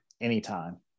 anytime